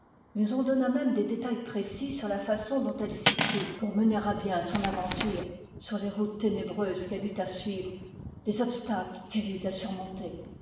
mais on donna même des détails précis sur la façon dont elle s'y prit pour mener à bien son aventure sur les routes ténébreuses qu'elle eut à suivre les obstacles qu'elle eut à surmonter